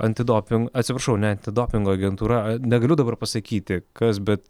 antidopin atsiprašau ne antidopingo agentūra negaliu dabar pasakyti kas bet